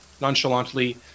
nonchalantly